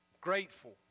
grateful